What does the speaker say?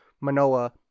Manoa